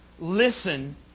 Listen